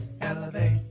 elevate